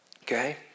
Okay